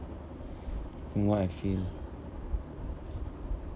what I feel